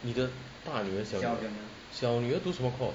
你的大女儿小女儿小女儿读什么 course